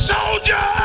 Soldier